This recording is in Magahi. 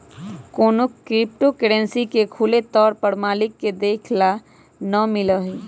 कौनो क्रिप्टो करन्सी के खुले तौर पर मालिक के देखे ला ना मिला हई